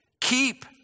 Keep